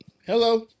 Hello